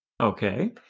Okay